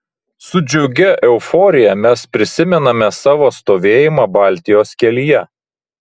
su džiugia euforija mes prisimename savo stovėjimą baltijos kelyje